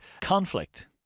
conflict